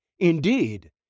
indeed